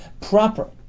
proper